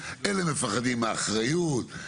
אלה מפחדים מאחריות,